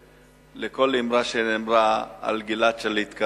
בכל אמרה שנאמרה כאן על גלעד שליט.